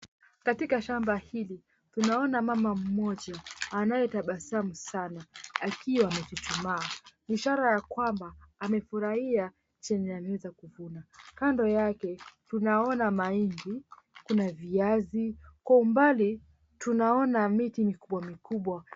Katika shamba hili tunaona mama mmoja anayetabasamu sana akiwa amechuchumaa ishara ya kwamba amefurahia chenye ameweza kuvuna. Kando yake tunaona mahindi, kuna viazi, kwa umbali na tunaona miti mikubwa mikubwa.